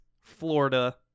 Florida